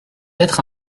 être